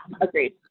agreed